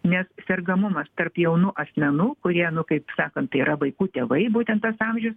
nes sergamumas tarp jaunų asmenų kurie kaip nu sakant tai yra vaikų tėvai būtent tas amžius